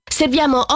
serviamo